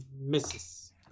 Misses